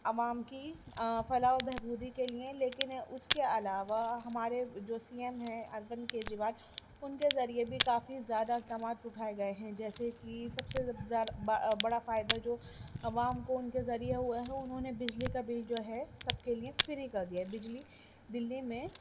عوام کی فلاح و بہبودی کے لئے لیکن اس کے علاوہ ہمارے جو سی ایم ہیں اروند کیجریوال ان کے ذریعے بھی کافی زیادہ اقدامات اٹھائے گئے ہیں جیسے کہ سب سے زیاد بڑا فائدہ جو عوام کو ان کے ذریعے ہوا ہے انہوں نے بجلی کا بل جو ہے سب کے لئے فری کر دیا ہے بجلی دلّی میں